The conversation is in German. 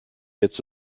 jetzt